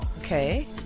Okay